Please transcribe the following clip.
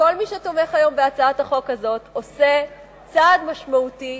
כל מי שתומך היום בהצעת החוק הזאת עושה צעד משמעותי